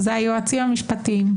זה היועצים המשפטיים.